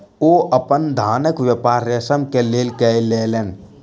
ओ अपन धानक व्यापार रेशम के लेल कय लेलैन